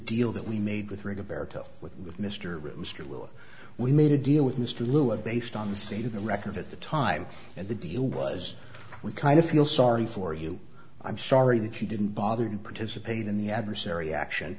deal that we made with rid of baritone with mr rooster look we made a deal with mr lew of based on the state of the record at the time and the deal was we kind of feel sorry for you i'm sorry that you didn't bother to participate in the adversary action